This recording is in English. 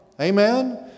Amen